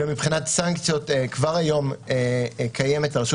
ומבחינת סנקציות כבר היום קיימות ברשות